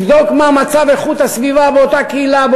יבדוק מה מצב איכות הסביבה באותה קהילה,